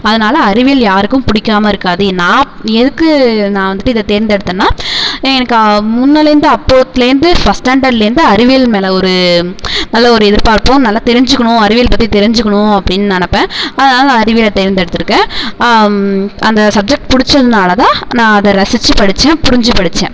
அதனால் அறிவியல் யாருக்கும் பிடிக்காம இருக்காது நான் எதுக்கு நான் வந்துட்டு இதை தேர்ந்தெடுத்தேன்னா எனக்கு முன்னலேருந்து அப்போத்துலேருந்து ஃபஸ்ட் ஸ்டாண்டர்ட்லேருந்து அறிவியல் மேலே ஒரு நல்ல ஒரு எதிர்பார்ப்பும் நல்ல தெரிஞ்சிக்கணும் அறிவியல் பற்றி தெரிஞ்சிக்கணும் அப்படின்னு நினப்பேன் அதனால் நான் அறிவியலை தேர்ந்தெடுத்திருக்கேன் அந்த சப்ஜெக்ட் பிடிச்சதுனாலதான் நான் அதை ரசிச்சு படிச்சேன் புரிஞ்சு படிச்சேன்